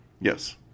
Yes